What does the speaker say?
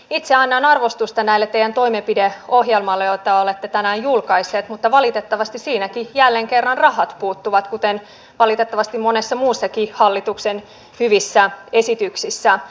itse annan arvostusta tälle teidän toimenpideohjelmallenne jonka olette tänään julkaisseet mutta valitettavasti siitäkin jälleen kerran rahat puuttuvat kuten valitettavasti monesta muustakin hallituksen hyvästä esityksestä